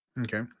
Okay